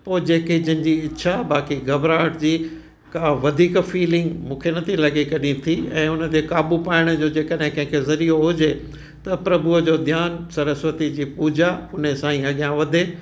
पोइ जेके जंहिंजी इछा बाक़ी घबराहट जी का वधीक फीलिंग मूंखे नथी लॻे कॾहिं थी ऐं उन खे क़ाबू पाइण जो जेकॾहिं कंहिंखें ज़रियो हुजे त प्रभुअ जो ध्यानु सरस्वती जी पूॼा उन सां ई अॻियां वधे